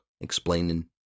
explaining